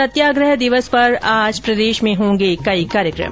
सत्याग्रह दिवस पर आज प्रदेश में होंगे कई कार्यक्रम